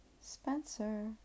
Spencer